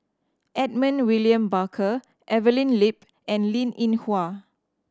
Edmund William Barker Evelyn Lip and Linn In Hua